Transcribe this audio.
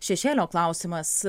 šešėlio klausimas